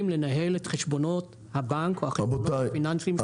לנהל את חשבונות הבנק או החשבונות הפיננסיים שלהם.